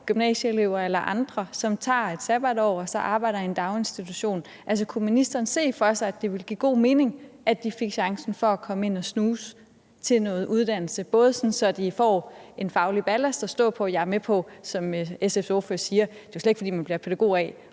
gymnasieelever eller andre, som tager et sabbatår, så arbejder i en daginstitution. Kunne ministeren se for sig, at det ville give god mening, at de fik chancen for at komme ind og snuse til noget uddannelse, både sådan at de får en faglig ballast at stå på – og jeg er med på, som SF's ordfører siger, at det jo slet ikke er, fordi man bliver pædagog af